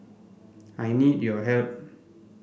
I need your help